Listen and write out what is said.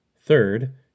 third